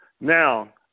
Now